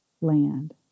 land